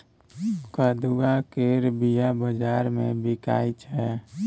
कदुआ केर बीया बजार मे बिकाइ छै